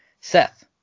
Seth